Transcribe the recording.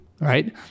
right